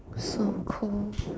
so cold